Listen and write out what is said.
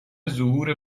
ظهور